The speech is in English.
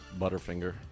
Butterfinger